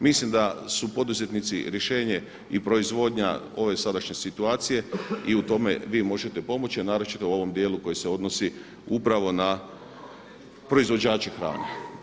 Mislim da su poduzetnici rješenje i proizvodnja ove sadašnje situacije i u tome vi možete pomoći, a naročito u ovom dijelu koji se odnosi upravo na proizvođače hrane.